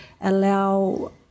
allow